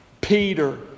Peter